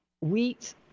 wheat